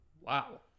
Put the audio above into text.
Wow